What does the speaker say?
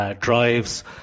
drives